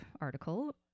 article